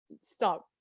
stop